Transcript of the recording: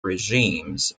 regimes